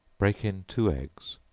break in two eggs,